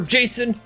Jason